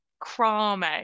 Crame